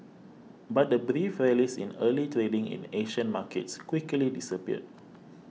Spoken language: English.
but the brief rallies in early trading in Asian markets quickly disappeared